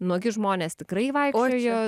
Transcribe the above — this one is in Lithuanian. nuogi žmonės tikrai vaikščiojo